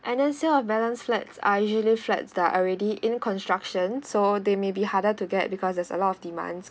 and then sell a balance flats are usually flats that are already in construction so they may be harder to get because there's a lot of demands